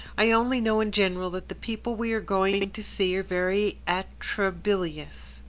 i only know in general that the people we are going to see are very atrabilious.